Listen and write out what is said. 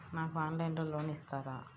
నాకు ఆన్లైన్లో లోన్ ఇస్తారా?